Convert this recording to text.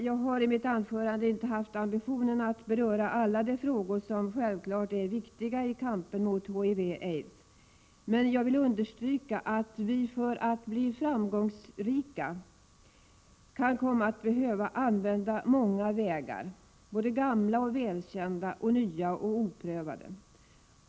Jag har i mitt anförande inte haft ambitionen att beröra alla de frågor som är viktiga i kampen mot HIV och aids, men jag vill understryka att vi för att bli framgångsrika kommer att behöva använda många vägar — både gamla, välkända och nya, oprövade.